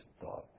thought